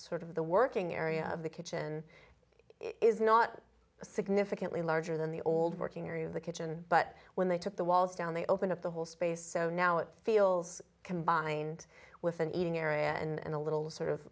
sort of the working area of the kitchen is not significantly larger than the old working area of the kitchen but when they took the walls down they opened up the whole space so now it feels combined with an eating area and a little sort of